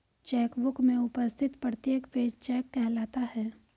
check book में उपस्थित प्रत्येक पेज चेक कहलाता है